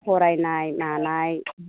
फरायनाय मानाय